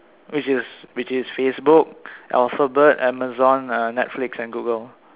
which is which is Facebook Alphabet Amazon uh Netflix and Google